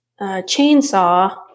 Chainsaw